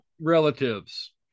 relatives